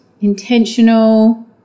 intentional